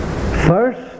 First